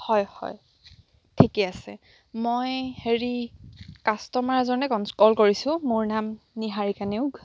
হয় হয় ঠিকে আছে মই হেৰি কাষ্টমাৰ এজনে কন কল কৰিছো মোৰ নাম নিহাৰিকা নেওগ